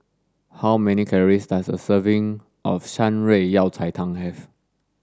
how many calories does a serving of Shan Rui Yao Cai Tang have